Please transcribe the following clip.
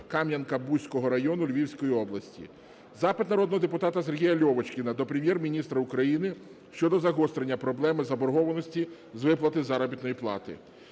Кам'янка-Бузького району Львівської області. Запит народного депутата Сергія Льовочкіна до Прем'єр-міністра України щодо загострення проблеми заборгованості з виплати заробітної плати.